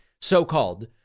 so-called